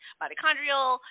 mitochondrial